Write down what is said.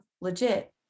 legit